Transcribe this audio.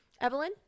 Evelyn